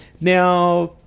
Now